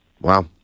wow